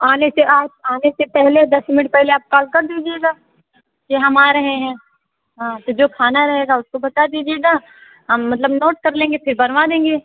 आने से आप आने से पहले दस मिनट पहले आप कॉल कर दीजिएगा कि हम आ रहे है हाँ तो जो खाना रहेगा उसको बता दीजिएगा हम मतलब नोट कर लेंगे फिर बनवा देंगे